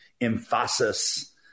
emphasis